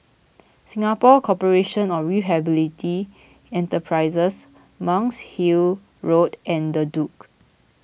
Singapore Corporation of Enterprises Monk's Hill Road and the Duke